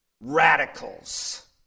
radicals